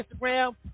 Instagram